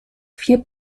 vier